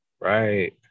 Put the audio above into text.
right